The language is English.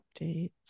updates